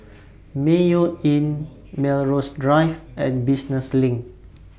Mayo Inn Melrose Drive and Business LINK